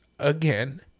again